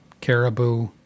caribou